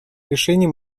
решения